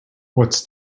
what’s